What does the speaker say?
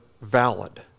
valid